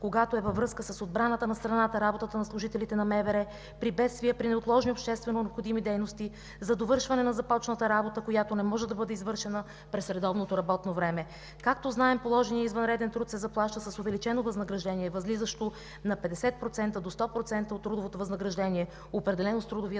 когато е във връзка с отбраната на страната, работата на служителите на МВР, при бедствия, при неотложни обществено необходими дейности, за довършване на започната работа, която не може да бъде извършена през редовното работно време. Както знаем, положеният извънреден труд се заплаща с увеличено възнаграждение, възлизащо на 50% до 100% от трудовото възнаграждение, определено с трудовия